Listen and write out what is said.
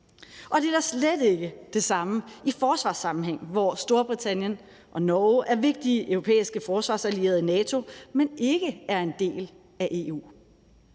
og det er da slet ikke det samme i forsvarssammenhæng, hvor Storbritannien og Norge er vigtige europæiske forsvarsallierede i NATO, men ikke er en del af EU.